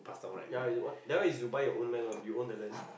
ya is what that one is you buy your own land one you own that land